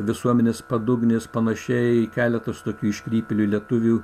visuomenės padugnės panašiai keletas tokių iškrypėlių lietuvių